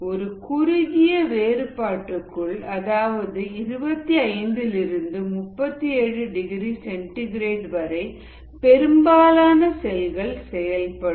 ஒரு குறுகிய வேறுபாட்டுக்குள் அதாவது 25 லிருந்து 37 டிகிரி சென்டிகிரேட் வரை பெரும்பாலான செல்கள் செயல்படும்